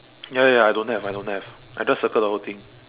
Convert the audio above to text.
ya ya ya I don't have I don't have I just circle the whole thing